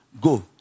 go